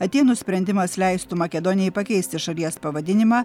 atėnų sprendimas leistų makedonijai pakeisti šalies pavadinimą